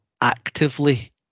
Actively